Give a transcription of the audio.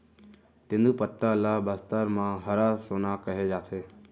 तेंदूपत्ता ल बस्तर म हरा सोना कहे जाथे